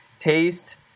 taste